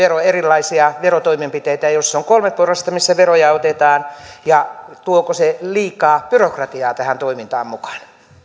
erilaisia verotoimenpiteitä jos se on kolme porrasta missä veroja otetaan ja tuoko se liikaa byrokratiaa tähän toimintaan mukaan